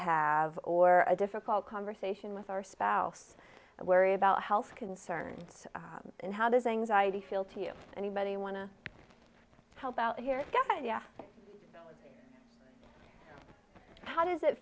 have or a difficult conversation with our spouse and worry about health concerns and how does anxiety feel to you anybody want to to help out here yeah how does it